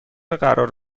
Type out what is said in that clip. قرار